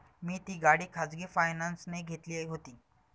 मी ती गाडी खाजगी फायनान्सने घेतली होती